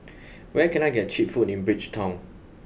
where can I get cheap food in Bridgetown